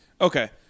Okay